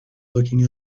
looking